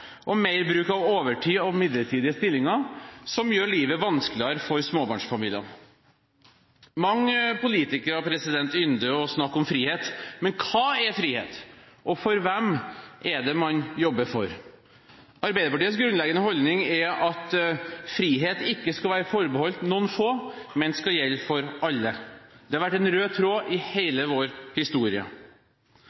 og mer bruk av overtid og midlertidige stillinger, som gjør livet vanskeligere for småbarnsfamilier. Mange politikere ynder å snakke om frihet, men hva er frihet, og for hvem er det man jobber? Arbeiderpartiets grunnleggende holdning er at frihet ikke skal være forbeholdt noen få, men skal gjelde for alle. Det har vært en rød tråd i